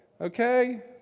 Okay